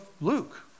Luke